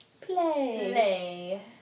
play